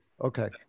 Okay